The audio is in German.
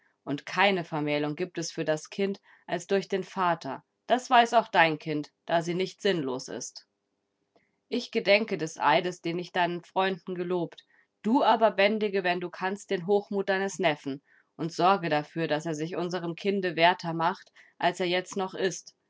und keine vermählung gibt es für das kind als durch den vater das weiß auch dein kind da sie nicht sinnlos ist ich gedenke des eides den ich deinen freunden gelobt du aber bändige wenn du kannst den hochmut deines neffen und sorge dafür daß er sich unserem kinde werter macht als er jetzt noch ist